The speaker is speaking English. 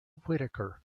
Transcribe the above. whitaker